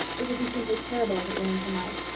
it would be simply terrible if it rained tonight.